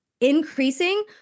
increasing